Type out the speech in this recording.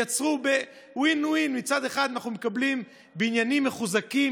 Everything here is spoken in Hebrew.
יצרו win win: מצד אחד אנחנו מקבלים בניינים מחוזקים,